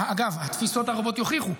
אגב, התפיסות הרבות יוכיחו.